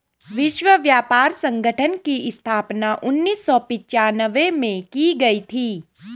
विश्व व्यापार संगठन की स्थापना उन्नीस सौ पिच्यानवे में की गई थी